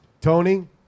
Tony